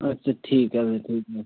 আচ্ছা ঠিক আছে ঠিক আছে